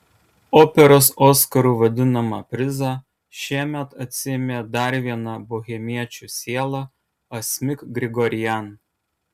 operos oskaru vadinamą prizą šiemet atsiėmė dar viena bohemiečių siela asmik grigorian